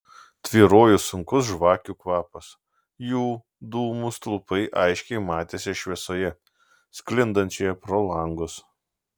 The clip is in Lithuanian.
tvyrojo sunkus žvakių kvapas jų dūmų stulpai aiškiai matėsi šviesoje sklindančioje pro langus